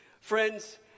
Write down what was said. Friends